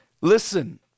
Listen